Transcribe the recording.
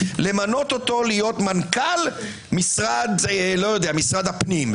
למנותו להיות מנכ"ל משרד הפנים,